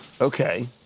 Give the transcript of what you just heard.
Okay